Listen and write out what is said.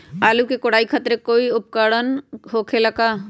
आलू के कोराई करे खातिर कोई उपकरण हो खेला का?